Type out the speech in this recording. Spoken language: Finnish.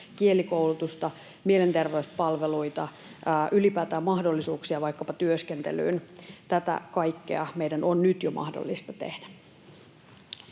kielikoulutusta, mielenterveyspalveluita, ylipäätään mahdollisuuksia vaikkapa työskentelyyn. Tätä kaikkea meidän on nyt jo mahdollista tehdä.